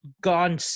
gone